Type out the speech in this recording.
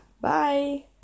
bye